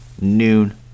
Noon